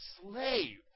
slave